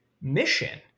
mission